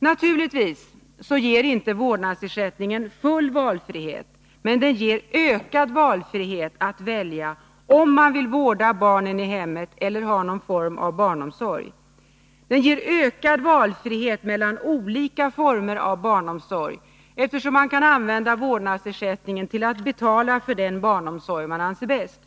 Naturligtvis ger inte vårdnadsersättningen full valfrihet, men den ger ökad frihet att välja om man vill vårda barnen i hemmet eller ha någon annan form av barnomsorg. Den ger ökad valfrihet mellan olika former av barnomsorg, eftersom man kan använda vårdnadsersättningen till att betala för den barnomsorg man anser bäst.